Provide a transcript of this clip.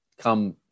come